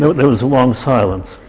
there was a long silence,